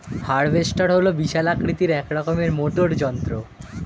harvester হল বিশাল আকৃতির এক রকমের মোটর যন্ত্র